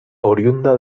oriunda